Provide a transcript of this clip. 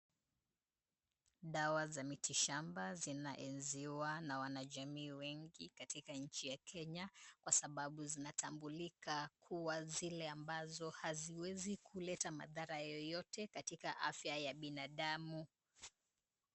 Dawa za miti shamba zinaenziwa na wanajamii wengi katika nchi ya Kenya kwa sababu zinatumbulika kuwa, zile ambazo haziwezi kuleta madhara yoyote katika afya ya binadamu.